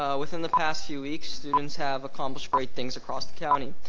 ah within the past few weeks, students have accomplished great things across the county.